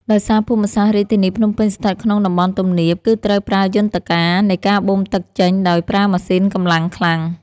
ដោយសារភូមិសាស្ត្ររាជធានីភ្នំពេញស្ថិតក្នុងតំបន់ទំនាប គឺត្រូវប្រើយន្តការនៃការបូមទឹកចេញដោយប្រើម៉ាស៊ីនកម្លាំងខ្លាំង។